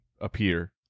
appear